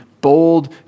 bold